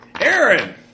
Aaron